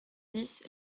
dix